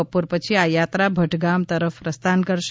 બપોર પછી આ યાત્રા ભટગામ તરફ પ્રસ્થાન કરશે